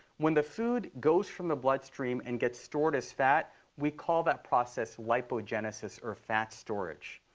when the food goes from the bloodstream and gets stored as fat, we call that process lipogenesis, or fat storage.